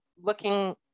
looking